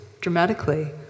dramatically